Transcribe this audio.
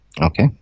Okay